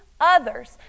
others